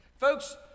Folks